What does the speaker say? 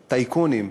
טייקונים,